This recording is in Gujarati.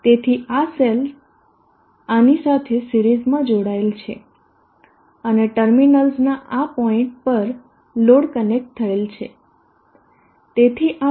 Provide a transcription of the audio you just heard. તેથી આ સેલ આની સાથે સિરીઝમાં જોડાયેલ છે અને ટર્મિનલ્સનાં આ પોઈન્ટ પર લોડ કનેક્ટ થયેલ છે